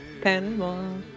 Panama